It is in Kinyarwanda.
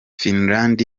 finland